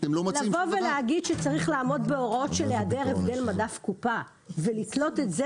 לבוא ולהגיד שצריך לעמוד בהוראות של היעדר הבדל מדף קופה ולתלות את זה,